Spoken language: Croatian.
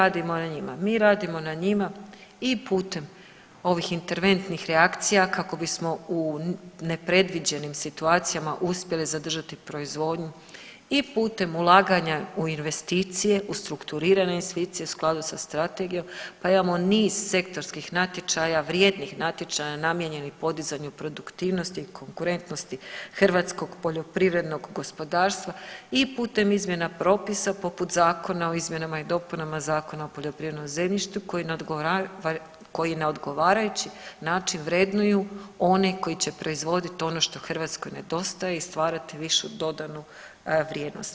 Mi radimo na njima, mi radimo na njima i putem ovih interventnih reakcija kako bismo u nepredviđenim situacijama uspjeli zadržati proizvodnju i putem ulaganja u investicije, u strukturirane investicije u skladu sa strategijom, pa imamo niz sektorskih natječaja, vrijednih natječaja namijenjenih podizanju produktivnosti i konkurentnosti hrvatskog poljoprivrednog gospodarstva i putem izmjena propisa, poput Zakona o izmjenama i dopunama Zakona o poljoprivrednom zemljištu koji na odgovarajući način vrednuju one koji će proizvoditi ono što Hrvatskoj nedostaje i stvarati višu dodanu vrijednost.